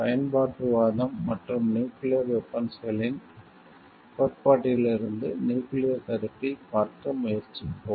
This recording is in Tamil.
பயன்பாட்டுவாதம் மற்றும் நியூக்கிளியர் வெபன்ஸ்களின் கோட்பாட்டிலிருந்து நியூக்கிளியர் தடுப்பைப் பார்க்க முயற்சிப்போம்